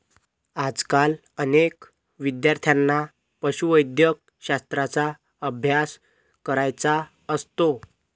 आजकाल अनेक विद्यार्थ्यांना पशुवैद्यकशास्त्राचा अभ्यास करायचा असतो